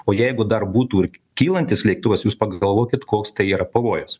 o jeigu dar būtų ir kylantis lėktuvas jūs pagalvokit koks tai yra pavojus